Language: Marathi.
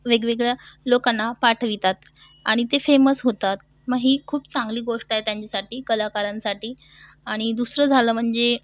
वेगवेगळ्या लोकांना पाठवितात आणि ते फेमस होतात मग ही खूप चांगली गोष्ट आहे त्यांच्यासाठी कलाकारांसाठी आणि दुसरं झालं म्हणजे